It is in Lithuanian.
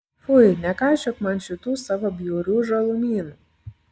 fui nekaišiok man šitų savo bjaurių žalumynų